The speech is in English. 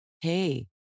Hey